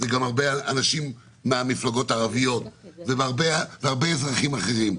אלו גם הרבה אנשים מהמפלגות הערביות והרבה אזרחים אחרים.